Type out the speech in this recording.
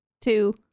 two